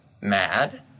Mad